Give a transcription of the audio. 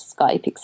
Skype